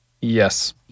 Yes